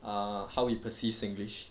uh how he perceives singlish